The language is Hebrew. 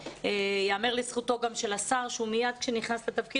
ייאמר גם לזכותו של השר שמיד כשהוא נכנס לתפקיד,